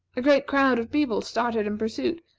a great crowd of people started in pursuit,